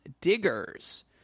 Diggers